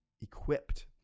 equipped